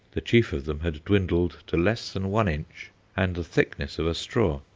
the chief of them had dwindled to less than one inch and the thickness of a straw,